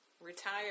retire